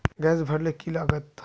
Gas भरले की लागत?